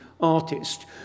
artist